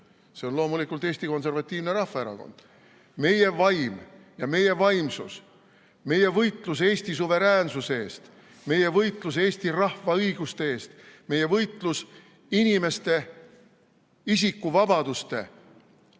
See on loomulikult Eesti Konservatiivne Rahvaerakond. Meie vaim ja meie vaimsus, meie võitlus Eesti suveräänsuse eest, meie võitlus Eesti rahva õiguste eest, meie võitlus inimeste isikuvabaduste